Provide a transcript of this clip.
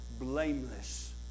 blameless